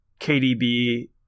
KDB